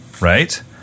Right